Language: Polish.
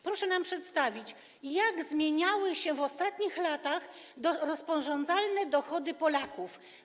Proszę nam przedstawić, jak zmieniały się w ostatnich latach rozporządzalne dochody Polaków.